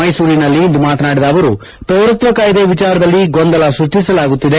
ಮೈಸೂರಿನಲ್ಲಿ ಇಂದು ಮಾತನಾದಿದ ಅವರು ಪೌರತ್ವ ಕಾಯ್ದೆ ವಿಚಾರದಲ್ಲಿ ಗೊಂದಲ ಸೃಷ್ಟಿಸಲಾಗುತ್ತಿದೆ